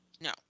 No